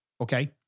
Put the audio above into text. Okay